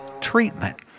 treatment